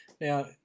Now